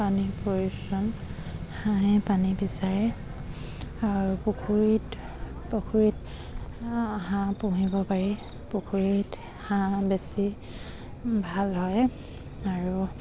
পানীৰ প্ৰয়োজন হাঁহে পানী বিচাৰে আৰু পুখুৰীত পুখুৰীত হাঁহ পুহিব পাৰি পুখুৰীত হাঁহ বেছি ভাল হয় আৰু